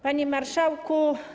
Panie Marszałku!